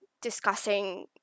discussing